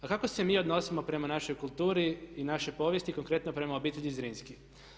A kako se mi odnosimo prema našoj kulturi i našoj povijesti, konkretno prema obitelji Zrinski?